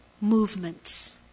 movements